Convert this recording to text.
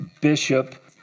bishop